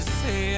say